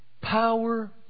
Power